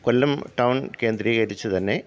കൊല്ലം town കേന്ദ്രീകരിച്ച് തന്നെ